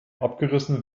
abgerissen